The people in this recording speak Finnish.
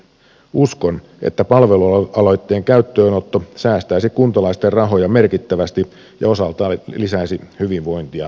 uskon että palvelualoitteen käyttöönotto säästäisi kuntalaisten rahoja merkittävästi ja osaltaan lisäisi hyvinvointia maassamme